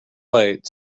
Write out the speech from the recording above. right